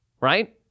right